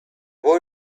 boy